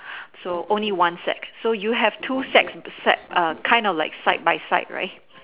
so only one sack so you have two sacks sack err kind of like side by side right